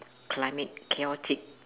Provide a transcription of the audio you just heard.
climate chaotic